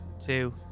two